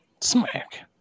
Smack